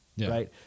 right